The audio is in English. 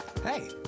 Hey